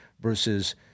Versus